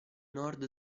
nord